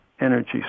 energy